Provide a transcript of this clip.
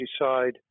decide